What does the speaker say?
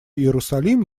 иерусалим